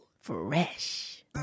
Fresh